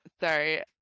Sorry